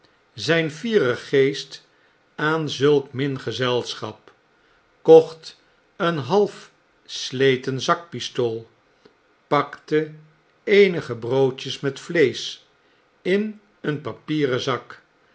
zijn fieren geest aan zulk min gezelschap kocht een halfsleten zakpistool pakte eenige broodjes met vleesch in een papieren zak